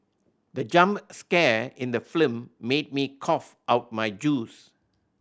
the jump scare in the film made me cough out my juice